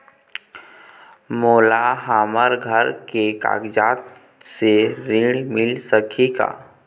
मोला हमर घर के कागजात से ऋण मिल सकही का?